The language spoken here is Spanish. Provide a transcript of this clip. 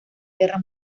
guerra